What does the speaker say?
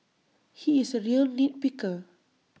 he is A real nit picker